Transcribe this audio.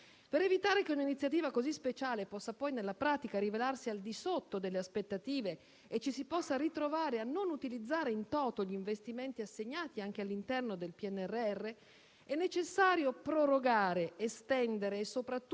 Per evitare che una iniziativa così speciale possa poi, nella pratica, rivelarsi al di sotto delle aspettative e ci si possa ritrovare a non utilizzare *in toto* gli investimenti assegnati anche all'interno del Piano nazionale di ripresa